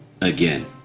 Again